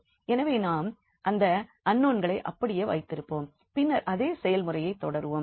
எனவே நாம் அந்த அன்நோன்களை அப்படியே வைத்திருப்போம் பின்னர் அதே செயல்முறையைத் தொடருவோம்